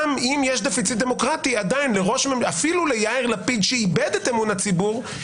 גם אם יש דפיציט דמוקרטי אפילו ליאיר לפיד שאיבד את אמון הציבור,